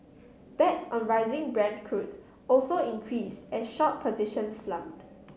bets on rising Brent crude also increased as short positions slumped